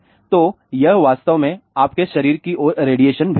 तो यह वास्तव में आपके शरीर की ओर रेडिएशन भेज रहा है